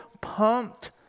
pumped